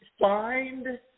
find